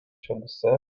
šalyse